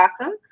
awesome